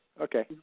okay